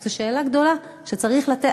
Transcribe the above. זו שאלה גדולה שצריך לתת,